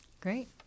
Great